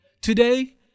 Today